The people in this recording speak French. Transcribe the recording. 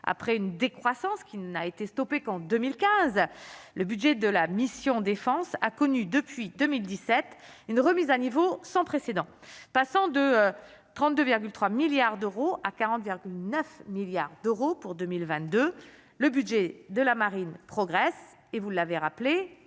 après une décroissance qui n'a été stoppée qu'en 2015 le budget de la mission Défense a connu depuis 2017, une remise à niveau sans précédent, passant de 32,3 milliards d'euros à 40,9 milliards d'euros pour 2022, le budget de la marine progresse et vous l'avez rappelé,